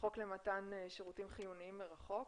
חוק למתן שירותים חיוניים מרחוק